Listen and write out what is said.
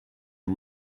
you